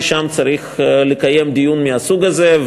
שם צריך לקיים דיון מהסוג הזה.